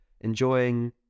enjoying